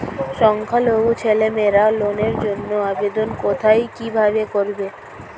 সংখ্যালঘু ছেলেমেয়েরা লোনের জন্য আবেদন কোথায় কিভাবে করবে?